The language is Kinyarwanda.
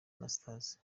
anastase